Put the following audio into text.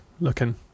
looking